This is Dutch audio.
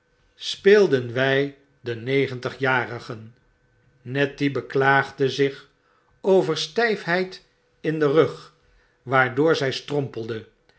speelden wij de negentigjarigen nettie beklaagde zich over styfheid indenrug waardoor zjj strompelde